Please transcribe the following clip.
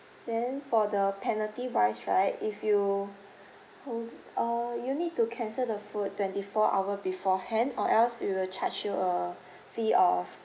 then for the penalty wise right if you mm uh you need to cancel the food twenty four hour beforehand or else we will charge you a fee of